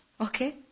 Okay